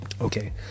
Okay